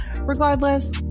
Regardless